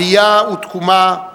עלייה ותקומה,